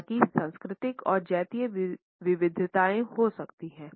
हालांकि सांस्कृतिक और जातीय विविधताएँ हो सकती हैं